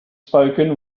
spoken